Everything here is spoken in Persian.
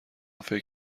فکر